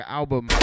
album